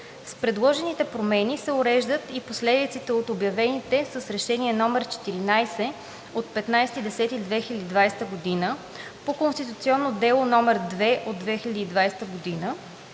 С предложените промени се уреждат и последиците от обявените с Решение № 14/15.10.2020 г. по конституционно дело № 2/2020 г.